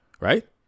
right